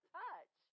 touch